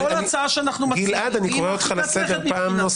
כל הצעה שאנחנו מציעים, לא מתקבלת.